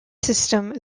system